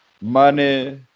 money